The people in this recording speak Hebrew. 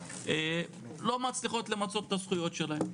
לא מצליחות למצות את הזכויות שלהם.